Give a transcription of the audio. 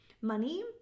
money